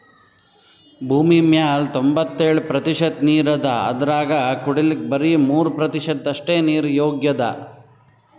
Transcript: ಭೂಮಿಮ್ಯಾಲ್ ತೊಂಬತ್ತೆಳ್ ಪ್ರತಿಷತ್ ನೀರ್ ಅದಾ ಅದ್ರಾಗ ಕುಡಿಲಿಕ್ಕ್ ಬರಿ ಮೂರ್ ಪ್ರತಿಷತ್ ಅಷ್ಟೆ ನೀರ್ ಯೋಗ್ಯ್ ಅದಾ